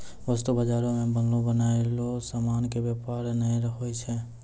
वस्तु बजारो मे बनलो बनयलो समानो के व्यापार नै होय छै